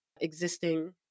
existing